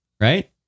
right